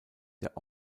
der